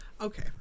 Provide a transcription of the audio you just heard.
Okay